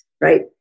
right